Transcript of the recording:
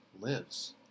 lives